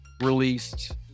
released